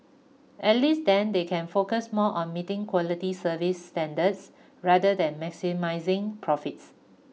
at least then they can focus more on meeting quality service standards rather than maximising profits